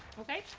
okay.